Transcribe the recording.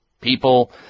People